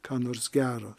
ką nors gero